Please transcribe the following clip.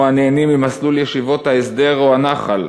הנהנים ממסלול ישיבות ההסדר או הנח"ל,